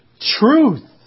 truth